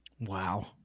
Wow